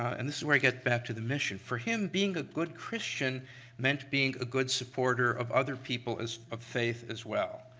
and this is where i get back to the mission, for him being a good christian meant being a good supporter of other people of faith as well.